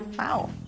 wow.